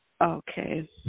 Okay